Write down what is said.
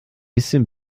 bisschen